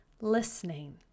listening